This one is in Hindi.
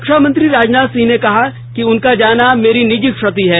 रक्षा मंत्री राजनाथ सिंह ने कहा कि उनका जाना मेरी निजी क्षति है